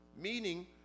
meaning